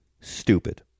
stupid